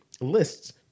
lists